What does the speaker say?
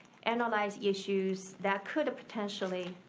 analyze issues that could potentially